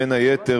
בין היתר,